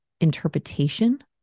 interpretation